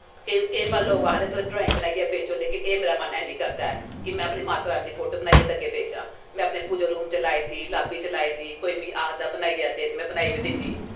केईं बारी लोग आखदे तुस ड्राईंग बनाइयै बेचो पर एह् मन मेरा ऐनी करदा ऐ कि में माता रानी दी फोटो बनाइयै अग्गें बेचां में अपनी पूजारूम च लाई दी लाब्बी च लाई दी कोई मिगी आखदा बनाइयै दे ते में बनाई बी दिन्नी